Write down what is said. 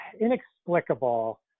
inexplicable